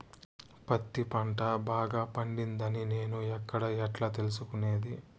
పత్తి పంట బాగా పండిందని నేను ఎక్కడ, ఎట్లా తెలుసుకునేది?